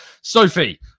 sophie